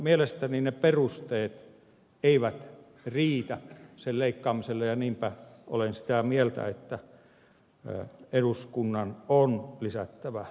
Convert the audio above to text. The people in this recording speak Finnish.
mielestäni ne perusteet eivät riitä leikkaamiselle ja niinpä olen sitä mieltä että eduskunnan on lisättävä näitä rahoja